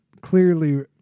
clearly